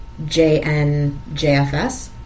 JNJFS